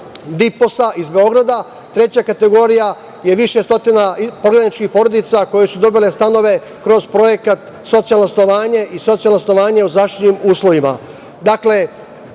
„Diposa“ iz Beograda. Treća kategorija je više stotina prognaničkih porodica koje su dobile stanove kroz projekat „Socijalno stanovanje i socijalno stanovanje u zaštićenim uslovima“.Dakle,